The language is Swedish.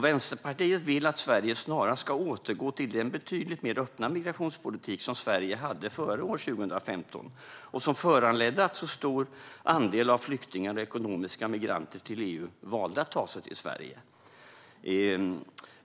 Vänsterpartiet vill att Sverige snarast ska återgå till den betydligt mer öppna migrationspolitik som Sverige hade före år 2015 och som föranledde att så stor andel flyktingar och ekonomiska migranter till EU valde att ta sig till Sverige.